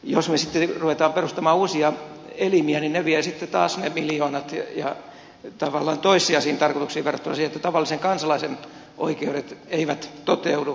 jos me sitten rupeamme perustamaan uusia elimiä niin ne vievät sitten taas ne miljoonat ja tavallaan toissijaisiin tarkoituksiin verrattuna siihen että tavallisen kansalaisen oikeudet eivät toteudu